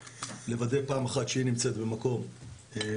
לוודא פעם אחת שהיא נמצאת במקום מוגן,